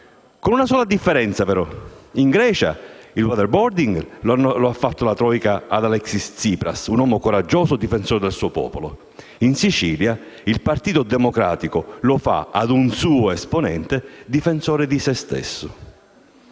con una sola differenza però: in Grecia il *waterboarding* lo ha fatto la *troika* ad Alexis Tsipras, un uomo coraggioso, difensore del suo popolo; in Sicilia il Governo del Partito Democratico lo fa ad un suo esponente, difensore di sé stesso.